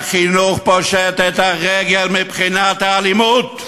החינוך פושט את הרגל מבחינת האלימות.